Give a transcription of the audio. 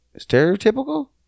stereotypical